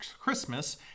Christmas